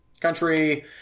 country